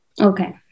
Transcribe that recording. Okay